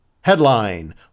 Headline